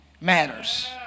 matters